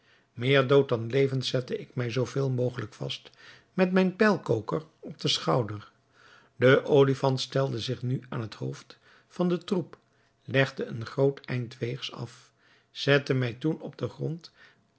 meer dood dan levend zette ik mij zoo veel mogelijk vast met mijn pijlkoker op den schouder de olifant stelde zich nu aan het hoofd van den troep legde een groot eind weegs af zette mij toen op den grond